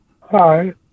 Hi